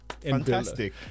Fantastic